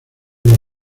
los